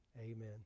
Amen